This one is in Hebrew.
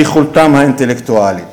ביכולתם האינטלקטואלית,